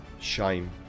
shame